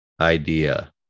idea